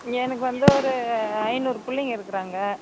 எனக்கு வந்து ஒரு ஐந்நூறு பிள்ளைங்க இருக்குறாங்க